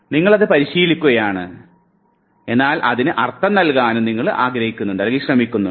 നിങ്ങൾ അത് പരിശീലിക്കുകയാണ് എന്നാൽ അതിനു അർത്ഥം നൽകാനും നിങ്ങൾ ശ്രമിക്കുന്നുണ്ട്